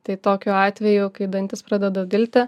tai tokiu atveju kai dantys pradeda dilti